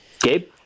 Gabe